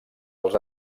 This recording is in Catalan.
als